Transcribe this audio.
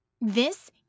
This